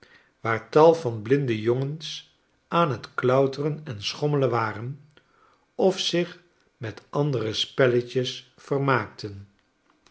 waar tal van blinde jongens aan t klauteren en schommelen waren of zich met andere spelletjes vermaakten